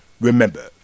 remember